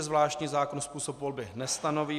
Zvláštní zákon způsob volby nestanoví.